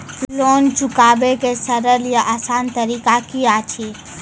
Loan चुकाबै के सरल या आसान तरीका की अछि?